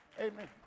amen